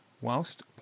whilst